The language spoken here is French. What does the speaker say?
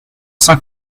saint